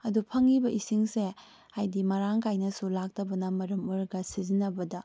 ꯑꯗꯣ ꯐꯪꯏꯕ ꯏꯁꯤꯡꯁꯦ ꯍꯥꯕꯏꯗꯤ ꯃꯔꯥꯡ ꯀꯥꯏꯅꯁꯨ ꯂꯥꯛꯇꯕꯅ ꯃꯔꯝ ꯑꯣꯏꯔꯒ ꯁꯤꯖꯤꯟꯅꯕꯗ